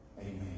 Amen